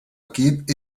equip